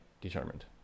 determined